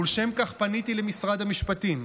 ולשם כך פניתי למשרד המשפטים.